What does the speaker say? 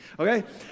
Okay